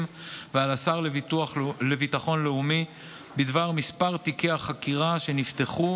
ועל השר לביטחון לאומי בדבר מספר תיקי החקירה שנפתחו